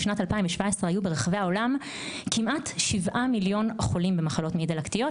בשנת 2017 היו ברחבי העולם כמעט 7 מיליון חולים במחלות מעי דלקתיות,